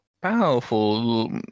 powerful